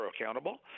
accountable